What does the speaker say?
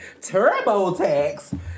TurboTax